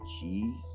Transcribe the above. cheese